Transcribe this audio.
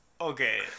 okay